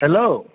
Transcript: hello